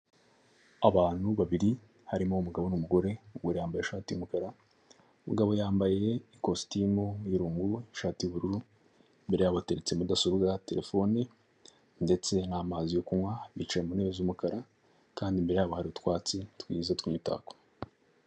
Abantu babiri harimo umugabo n'umugore, umugore yambaye ishati y'umukara, umugabo yambaye ikositimu y'irungu ishati y'ubururu, imbere yabo hateretse mudasobwa ya terefone, ndetse n'amazi yo kunywa, bicaye mu ntebe z'umukara kandi imbere yabo hari utwatsi tw'imitako.